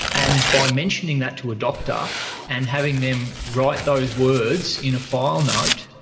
and by mentioning that to a doctor and having them write those words in a file note,